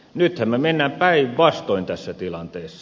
nythän me menemme päinvastoin tässä tilanteessa